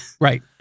Right